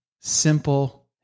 simple